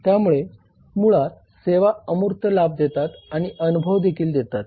त्यामुळे मुळात सेवा अमूर्त लाभ देतात आणि अनुभव देखील देतात